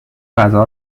فضا